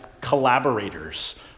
collaborators